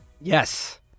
Yes